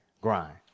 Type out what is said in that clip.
grind